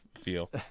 feel